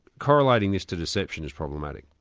correlating this to deception is problematic.